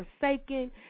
forsaken